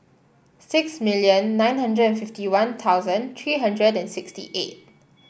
six million nine hundred and fifty One Thousand three hundred and sixty eight